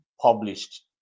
published